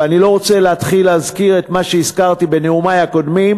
ואני לא רוצה להתחיל להזכיר את מה שהזכרתי בנאומי הקודמים